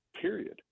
period